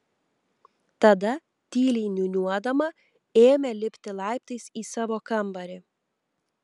tada tyliai niūniuodama ėmė lipti laiptais į savo kambarį